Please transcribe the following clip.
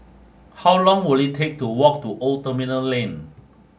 how long will it take to walk to Old Terminal Lane